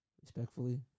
respectfully